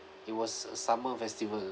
it was a summer festival